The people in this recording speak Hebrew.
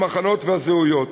המחנות והזהויות.